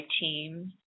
team